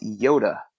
Yoda